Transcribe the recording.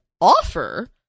offer